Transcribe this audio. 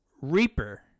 Reaper